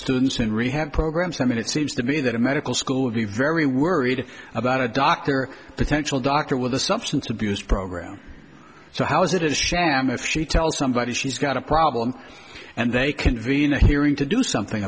students in rehab programs i mean it seems to me that a medical school would be very worried about a doctor potential doctor with a substance abuse program so how is it is sham if she tells somebody she's got a problem and they convene a hearing to do something